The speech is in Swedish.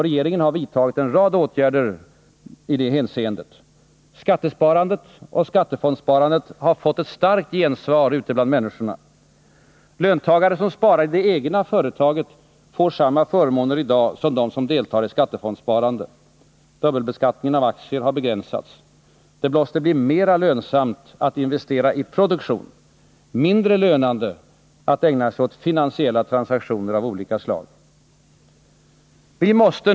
Regeringen har vidtagit en rad åtgärder i detta hänseende. Skattesparandet och skattefondsparandet har fått ett starkt gensvar ute bland människorna. Löntagare som sparar i det egna företaget får i dag samma förmåner som de som deltar i skattefondsparandet. Dubbelbeskattningen på aktier har begränsats. Det måste bli mera lönsamt att investera i produktion, mindre lönande att ägna sig åt finansiella transaktioner av olika slag. Fru talman!